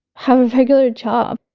have a regular job